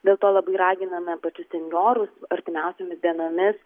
dėl to labai raginame pačius senjorus artimiausiomis dienomis